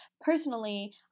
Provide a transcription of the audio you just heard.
Personally